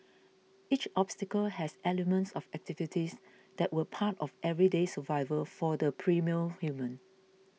each obstacle has elements of activities that were part of everyday survival for the primal human